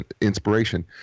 inspiration